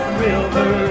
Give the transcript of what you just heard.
river